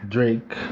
Drake